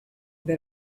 that